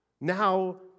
Now